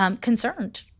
concerned